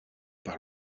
par